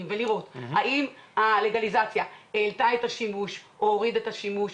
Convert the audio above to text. ולראות האם הלגליזציה העלתה את השימוש או הורידה את השימוש?